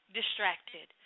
distracted